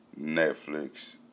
Netflix